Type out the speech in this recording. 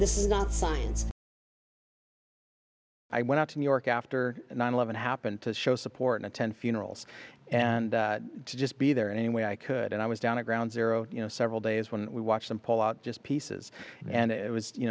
this is not science i went out to new york after nine eleven happened to show support and attend funerals and just be there any way i could and i was down at ground zero you know several days when we watched them pull out just pieces and it was you